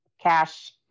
cash